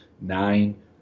nine